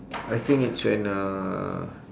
I think it's when uh